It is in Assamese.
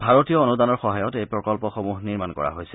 ভাৰতীয় অনুদানৰ সহায়ত এই প্ৰকল্পসমূহ নিৰ্মাণ কৰা হৈছে